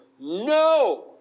no